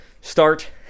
start